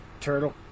turtle